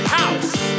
house